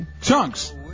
Chunks